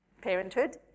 parenthood